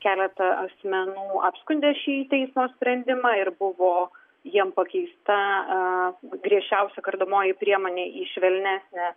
keletą asmenų apskundė šį teismo sprendimą ir buvo jiem pakeista griežčiausia kardomoji priemonė į švelnesnę